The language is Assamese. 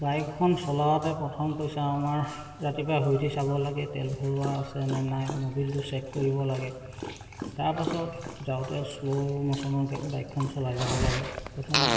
বাইকখন চলাওঁতে প্ৰথম কৈছো আমাৰ ৰাতিপুৱা শুই উঠি চাব লাগে তেল ভৰুৱা আছে নে নাই ম'বিলটো চেক কৰিব লাগে তাৰপাছত যাওঁতে শ্ল' মোচনৰকে বাইকখন চলাই যাব লাগে প্ৰথম